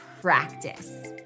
practice